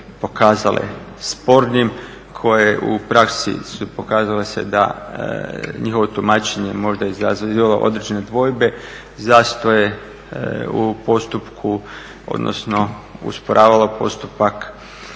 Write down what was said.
pokazale spornim, koje u praksi su pokazale se da njihovo tumačenje je možda izazivalo određene dvojbe, zastoje u postupku, usporavalo postupak